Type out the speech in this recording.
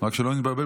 רק שלא נתבלבל,